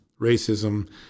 racism